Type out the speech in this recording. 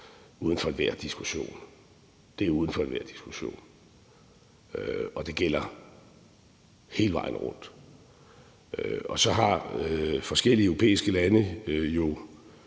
uden for enhver diskussion – det er uden for enhver diskussion, og det gælder hele vejen rundt. Så har forskellige europæiske lande jo